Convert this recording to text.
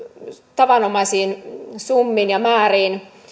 tavanomaisiin summiin ja määriin